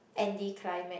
anti climax